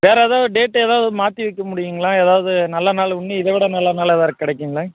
வேறு ஏதாவது டேட் ஏதாவது மாற்றி வைக்க முடியுங்களா ஏதாவது நல்ல நாள் இன்னும் இத விட நல்ல நாளாக வேறு கிடைக்குங்களா